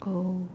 oh